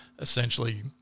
essentially